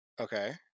Okay